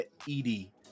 Edie